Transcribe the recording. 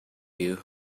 you